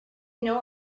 know